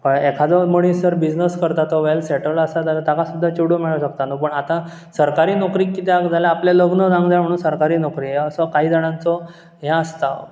कळ्ळें एकादो मनीस जर बिझनस करता तो वॅल सॅटल आसा जाल्यार ताका सुद्दां चेडूं मेळूंक शकता न्हू पूण आतां सरकारी नोकरी कित्याक जाल्यार आपलें लग्न जावंक जाय म्हणून सरकारी नोकरी हो असो कांय जाणांचो हे आसता